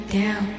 down